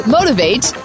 Motivate